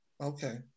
Okay